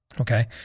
Okay